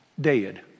dead